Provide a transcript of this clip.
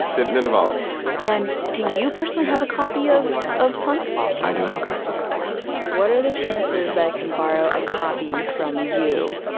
a. just sitting in a vault and do you personally have a copy of of punks? i do have a copy, yeah what are the chances that i can borrow a copy from you?